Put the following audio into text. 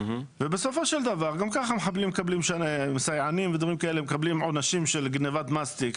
ובסופו של דבר גם ככה המחבלים מקבלים עונשים של גניבת מסטיק,